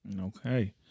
Okay